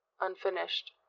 unfinished